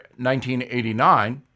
1989